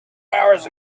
hours